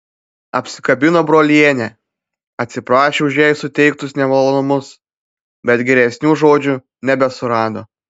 apsikabino brolienę atsiprašė už jai suteiktus nemalonumus bet geresnių žodžių nebesurado